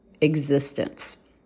existence